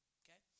okay